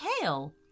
tail